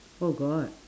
oh god